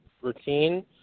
routine